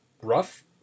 rough